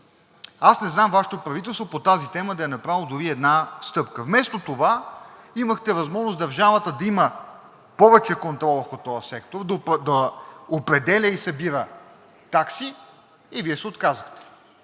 Аз не знам Вашето правителство по тази тема да е направило дори една стъпка. Вместо това имахте възможност държавата да има повече контрол върху този сектор, да определя и събира такси и Вие се отказахте.